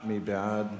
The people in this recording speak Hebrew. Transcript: מי בעד?